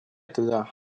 туда